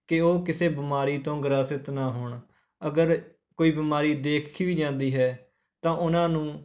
ਕਿ ਉਹ ਕਿਸੇ ਬਿਮਾਰੀ ਤੋਂ ਗ੍ਰਸਤ ਨਾ ਹੋਣ ਅਗਰ ਕੋਈ ਬਿਮਾਰੀ ਦੇਖੀ ਵੀ ਜਾਂਦੀ ਹੈ ਤਾਂ ਉਹਨਾਂ ਨੂੰ